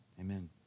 amen